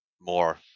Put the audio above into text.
more